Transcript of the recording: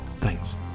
Thanks